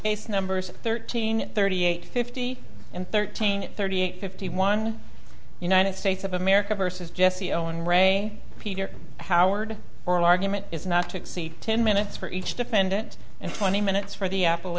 it's numbers thirteen thirty eight fifty and thirteen thirty eight fifty one united states of america versus jesse owen re peter howard oral argument is not to exceed ten minutes for each defendant and twenty minutes for the apple